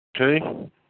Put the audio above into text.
Okay